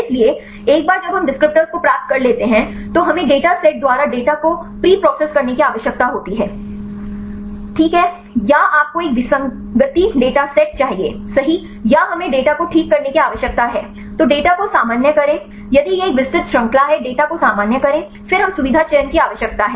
इसलिए एक बार जब हम डिस्क्रिप्टर को प्राप्त कर लेते हैं तो हमें डेटा सेट द्वारा डेटा को प्रीप्रोसेस करने की आवश्यकता होती है ठीक है या आपको एक विसंगति डेटा सेट चाहिए सही या हमें डेटा को ठीक करने की आवश्यकता है तो डेटा को सामान्य करें यदि यह एक विस्तृत श्रृंखला है डेटा को सामान्य करें फिर हमें सुविधा चयन की आवश्यकता है